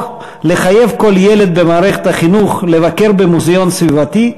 הבאה לחייב כל ילד במערכת החינוך לבקר במוזיאון סביבתי,